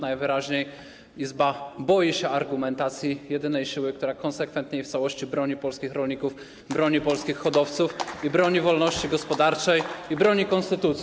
Najwyraźniej Izba boi się argumentacji jedynej siły, która konsekwentnie i w całości broni polskich rolników, broni polskich hodowców, broni wolności gospodarczej i broni konstytucji.